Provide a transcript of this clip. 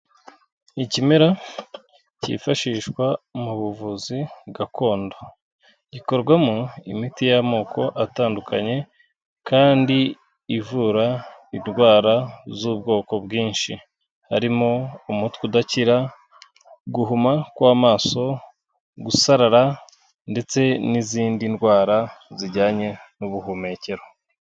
Ikimera cyifashishwa mu buvuzi gakondo. Gikorwamo imiti y'amoko atandukanye, kandi ivura indwara z'ubwoko bwinshi. Harimo umutwe udakira, guhuma kw'amaso, gusarara ndetse n'izindi ndwara zijyanye n'ubuhumekero.